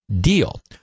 deal